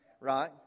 Right